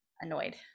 annoyed